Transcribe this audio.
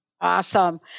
Awesome